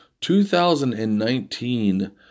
2019